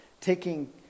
taking